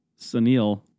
Sunil